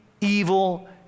evil